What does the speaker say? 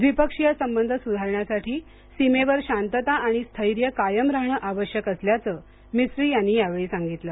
द्विपक्षीय संबंध सुधारण्यासाठी सीमेवर शांतता आणि स्थैर्य कायम राहणं आवश्यक असल्याचं मिस्री यांनी यावेळी सांगितलं